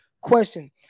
question